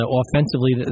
offensively